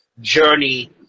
journey